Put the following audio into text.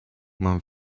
mam